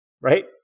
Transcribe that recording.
Right